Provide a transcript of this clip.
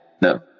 No